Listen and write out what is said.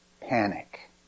panic